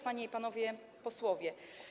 Panie i Panowie Posłowie!